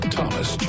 Thomas